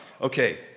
Okay